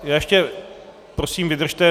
Ještě prosím vydržte.